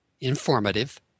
informative